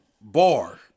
Bar